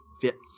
Fits